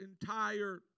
entire